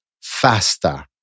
faster